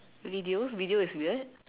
videos video is weird